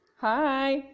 Hi